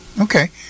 Okay